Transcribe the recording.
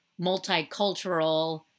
multicultural